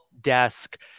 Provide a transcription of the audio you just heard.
desk